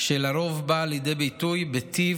שלרוב באה לידי ביטוי בטיב